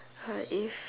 uh if